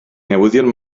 newyddion